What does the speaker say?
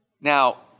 Now